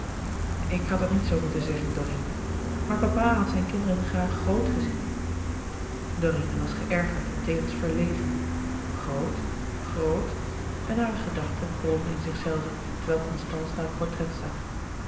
ik had het niet zoo moeten zeggen dorine maar papa had zijn kinderen graag grot gezien dorine was geërgerd en tevens verlegen grot grot en hare gedachte bromde in zichzelve terwijl constance naar het portret zag